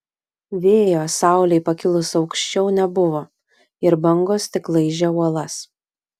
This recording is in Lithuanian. vėjo saulei pakilus aukščiau nebuvo ir bangos tik laižė uolas